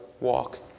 walk